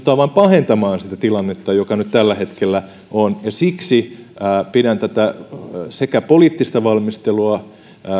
vain pahentamaan sitä tilannetta joka nyt tällä hetkellä on siksi sekä pidän tätä poliittista valmistelua